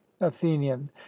athenian